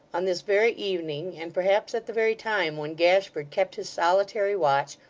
on this very evening, and perhaps at the very time when gashford kept his solitary watch,